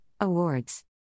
Awards